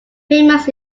famous